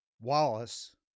Wallace